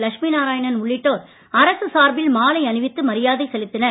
லட்சுமிநாராயணன் உள்ளிட்டோர் அரசு சார்பில் மாலை அணிவித்து மரியாதை செலுத்தினர்